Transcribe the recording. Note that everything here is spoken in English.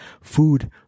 food